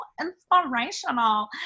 inspirational